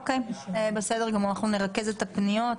בסדר גמור, נרכז את הפניות,